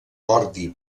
ordi